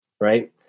Right